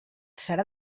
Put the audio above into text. serà